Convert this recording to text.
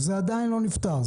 זה עדיין לא נפתר?